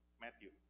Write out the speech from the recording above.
Matthew